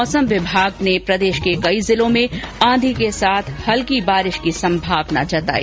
मौसम विभाग ने प्रदेश के कई जिलों में आंधी के साथ हल्की बारिश की संभावना जताई